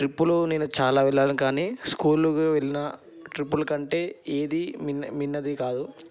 ట్రిప్పులో నేను చాలా వెళ్ళాను కానీ స్కూలుకు వెళ్ళిన ట్రిప్పుల కంటే ఏది మిన్నది కాదు